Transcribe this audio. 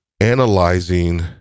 analyzing